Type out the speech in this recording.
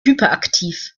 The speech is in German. hyperaktiv